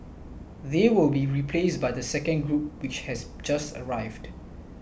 they will be replaced by the second group which has just arrived